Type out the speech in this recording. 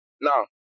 Now